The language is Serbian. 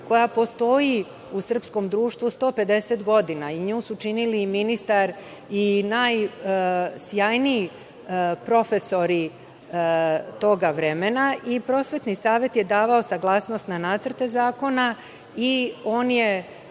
koja postoji u srpskom društvu 150 godina i nju su činili i ministar i najsjajniji profesori tog vremena i Prosvetni savet je davao saglasnost na nacrte zakona i on je